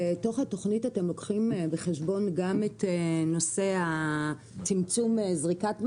בתוך התוכנית אתם לוקחים בחשבון גם אם נושא צמצום זריקת מזון?